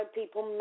people